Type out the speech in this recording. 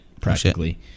practically